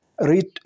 Read